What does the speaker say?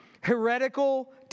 heretical